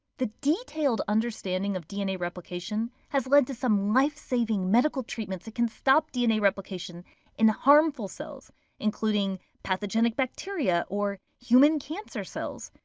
the detailed understanding of dna replication has led to some lifesaving medical treatments that can stop dna replication in harmful cells including pathogenic bacteria or human cancer cells.